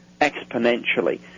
exponentially